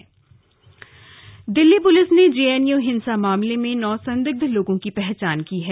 JNU Delhi police ने JNU हिंसा मामले में नौ संदिग्ध लोगों की पहचान की है